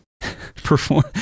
Perform